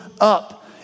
up